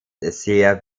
sehr